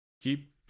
keep